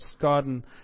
garden